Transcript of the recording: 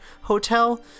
hotel